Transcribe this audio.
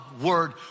word